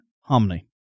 hominy